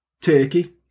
Turkey